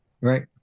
Right